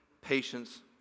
patience